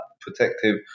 protective